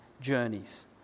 journeys